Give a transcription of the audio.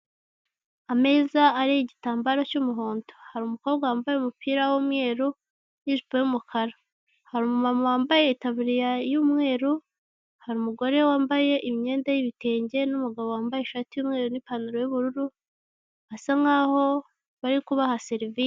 Ameza ariho igitambaro cy'umuhondo hari umukobwa wambaye umupira w'umweru n'ijipo y'umukara, hari umumama wambaye itaburiya y'umweru, hari umugore wambaye imyenda y'ibitenge n'umugabo wambaye ishati y'umweru n'ipantaro y'ubururu hasa nkaho bari kubaha serivise.